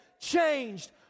changed